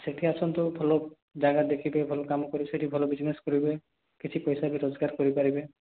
ସେଠି ଆସନ୍ତୁ ଭଲ ଜାଗା ଦେଖିବେ ଭଲ କାମ କରି ସେଠି ଭଲ ବିଜନେସ୍ କରିବେ କିଛି ପଇସା ବି ରୋଜଗାର କରିପାରିବେ